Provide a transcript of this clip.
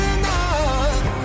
enough